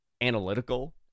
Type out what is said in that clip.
analytical